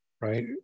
right